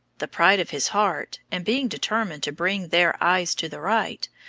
the pride of his heart, and being determined to bring their eyes to the right,